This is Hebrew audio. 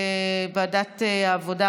ועדת העבודה,